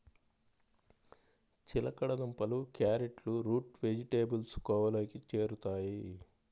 చిలకడ దుంపలు, క్యారెట్లు రూట్ వెజిటేబుల్స్ కోవలోకి చేరుతాయి